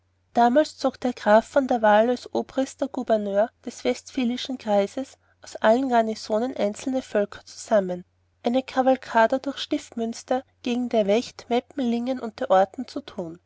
damals zog der graf von der wahl als obrister gubernator des westfälischen kreises aus allen garnisonen einzige völker zusammen eine cavalcada durchs stift münster gegen der vecht meppen lingen und der orten zu tun